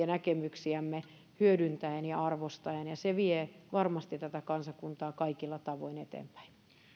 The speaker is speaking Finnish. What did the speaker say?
näkemyksiämme hyödyntäen ja arvostaen ja se vie varmasti tätä kansakuntaa kaikilla tavoin eteenpäin